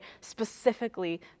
specifically